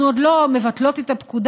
אנחנו עוד לא מבטלות את הפקודה,